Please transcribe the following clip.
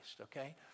okay